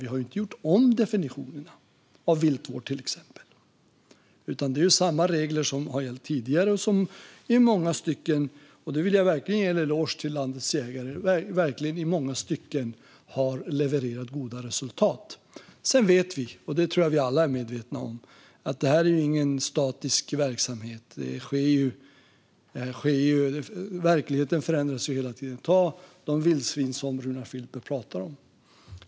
Vi har inte gjort om definitionen av viltvård till exempel, utan det är samma regler som har gällt tidigare och som i många stycken har levererat goda resultat. Det vill jag verkligen ge en eloge till landets jägare för. Sedan vet vi - och det tror jag att vi alla är medvetna om - att detta inte är någon statisk verksamhet. Verkligheten förändras hela tiden. Ta de vildsvin som Runar Filper pratar om!